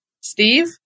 Steve